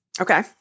Okay